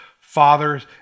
fathers